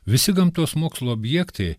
visi gamtos mokslų objektai